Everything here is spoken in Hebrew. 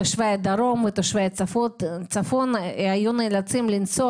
תושבי הדרום ותושבי הצפון היו נאלצים לנסוע